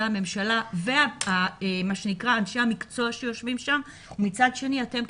הממשלה ואנשי המקצוע שיושבים שם ומצד אחר אתם,